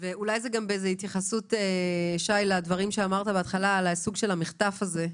זה אולי בהתייחסות למה שאמרת לגבי סוג המחטף הזה.